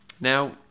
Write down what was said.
now